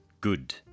good